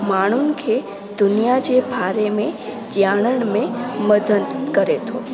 माण्हुनि खे दुनिया जे बारे में ॼाणण में मदद करे थो